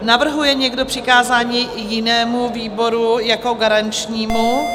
Navrhuje někdo přikázání jinému výboru jako garančnímu?